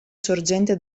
sorgente